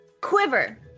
quiver